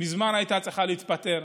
מזמן הייתה צריכה להתפטר.